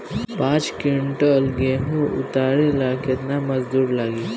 पांच किविंटल गेहूं उतारे ला केतना मजदूर लागी?